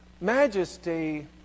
Majesty